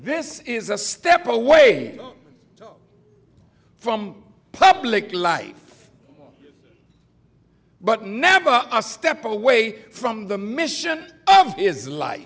this is a step away from public life but never a step away from the mission is li